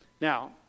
Now